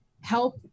help